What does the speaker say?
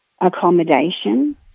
accommodation